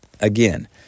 again